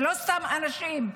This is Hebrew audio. ולא סתם אנשים,